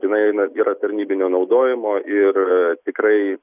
jinai eina yra tarnybinio naudojimo ir tikrai